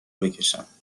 بکشم